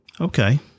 okay